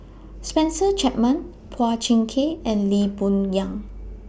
Spencer Chapman Phua Thin Kiay and Lee Boon Yang